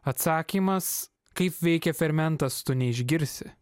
atsakymas kaip veikia fermentas tu neišgirsi